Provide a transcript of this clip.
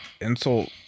insult